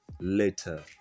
later